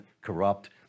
corrupt